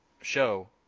show